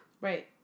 Right